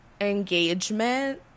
engagement